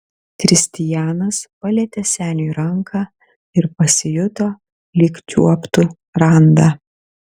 kristijanas palietė seniui ranką ir pasijuto lyg čiuoptų randą